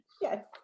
yes